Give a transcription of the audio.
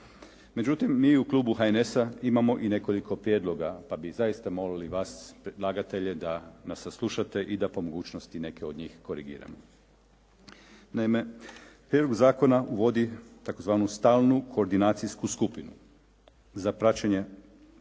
Međutim, mi u klubu HNS-a imamo i nekoliko prijedloga pa bi zaista molili vas predlagatelje da nas saslušate i da po mogućnosti neke od njih korigiramo. Naime, prijedlog zakona uvodi tzv. stalnu koordinacijsku skupinu za praćenje